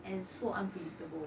and so unpredictable